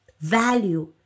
value